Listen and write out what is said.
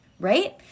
right